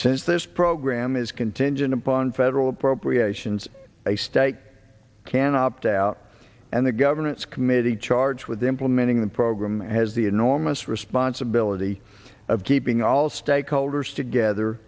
since this program is contingent upon federal appropriations a state can opt out and the governance committee charged with implementing the program has the enormous responsibility of keeping all stakeholders together